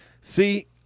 see